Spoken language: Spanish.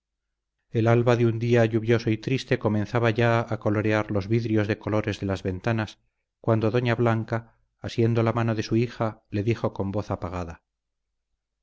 el alba de un día lluvioso y triste comenzaba va a colorear los vidrios de colores de las ventanas cuando doña blanca asiendo la mano de su hija le dijo con voz apagada